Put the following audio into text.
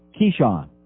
Keyshawn